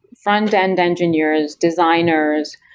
frontend engineers, designers,